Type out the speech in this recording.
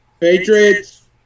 Patriots